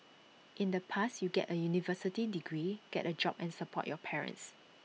in the past you get A university degree get A job and support your parents